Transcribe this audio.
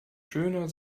schöner